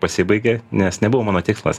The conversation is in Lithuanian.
pasibaigė nes nebuvo mano tikslas